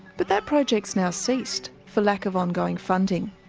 but that project's now ceased for lack of ongoing funding.